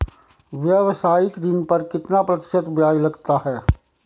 व्यावसायिक ऋण पर कितना प्रतिशत ब्याज लगता है?